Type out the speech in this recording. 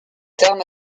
terme